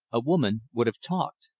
a woman would have talked.